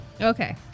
Okay